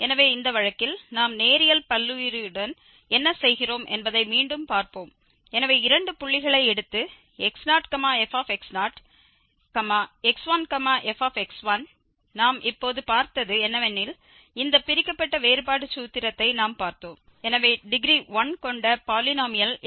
எனவே இந்த வழக்கில் நாம் நேரியல் பல்லுயிரியுடன் என்ன செய்கிறோம் என்பதை மீண்டும் பார்ப்போம் எனவே இரண்டு புள்ளிகளை எடுத்து x0fx0x1fx1 நாம் இப்போது பார்த்தது என்னவெனில் இந்த பிரிக்கப்பட்ட வேறுபாடு சூத்திரத்தை நாம் பார்த்தோம் எனவே டிகிரி 1 கொண்ட பாலினோமியல் fx0fx1x0